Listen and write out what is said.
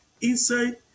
inside